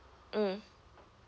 mm